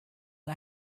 and